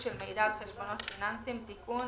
של מידע על חשבונות פיננסים) (תיקון),